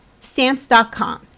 Stamps.com